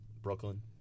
Brooklyn